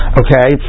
okay